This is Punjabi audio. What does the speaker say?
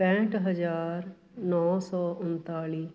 ਪੈਂਹਠ ਹਜ਼ਾਰ ਨੌ ਸੌ ਉਣਤਾਲੀ